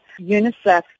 UNICEF